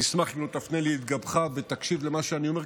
אני אשמח אם לא תפנה לי את גבך ותקשיב למה שאני אומר,